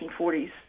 1940s